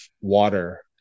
water